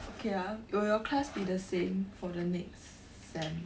okay lah will your class be the same for the next sem